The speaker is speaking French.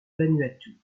vanuatu